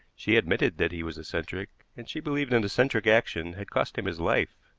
she admitted that he was eccentric, and she believed an eccentric action had cost him his life.